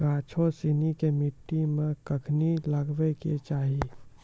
गाछो सिनी के मट्टी मे कखनी लगाबै के चाहि?